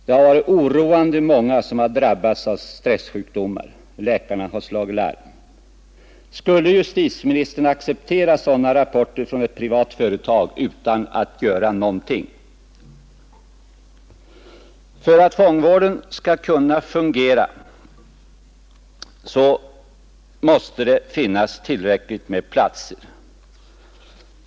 Det var oroande många som drabbades av stressjuk domar. Läkarna har slagit larm. Skulle justitieministern acceptera sådana rapporter från ett privat företag utan att göra något? För att fångvården skall kunna fungera måste det finnas tillräckligt med platser.